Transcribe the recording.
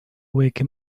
wake